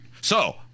So-